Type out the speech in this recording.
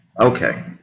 Okay